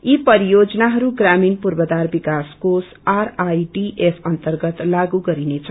यी परियोजनाहरू प्रामीण पूर्वाधार विकास कोष अन्तगत लागू गरिनेछ